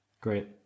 great